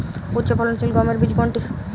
উচ্চফলনশীল গমের বীজ কোনটি?